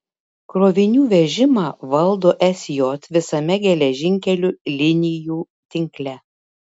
krovinių vežimą valdo sj visame geležinkelių linijų tinkle